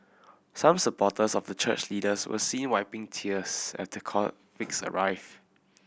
some supporters of the church leaders were seen wiping tears as the convicts arrived